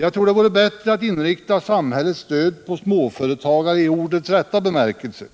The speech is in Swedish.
Jag tror det vore bättre att inrikta samhällets stöd på småföretagaren i ordets rätta bemärkelse,